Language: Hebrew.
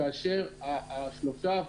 כאשר השלושה,